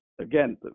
again